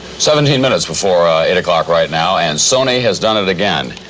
seventeen minutes before eight o'clock right now, and sony has done it again.